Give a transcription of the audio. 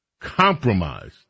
compromised